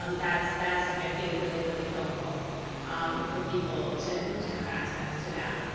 um that's that's i think really, really helpful for people to to have access to that.